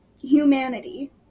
humanity